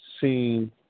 seen